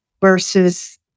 versus